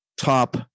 top